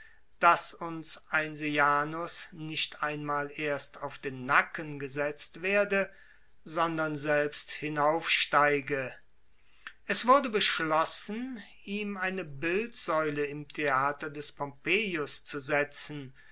daß uns ein sejanus nicht einmal erst auf den nacken gesetzt werde sondern selbst hinaufsteige es wurde beschlossen ihm eine bildsäule im theater des pompejus zu setzen